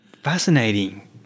Fascinating